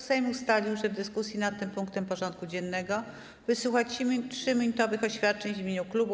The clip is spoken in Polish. Sejm ustalił, że w dyskusji nad tym punktem porządku dziennego wysłucha 3-minutowych oświadczeń w imieniu klubów i kół.